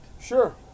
sure